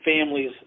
families